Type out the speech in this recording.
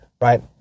right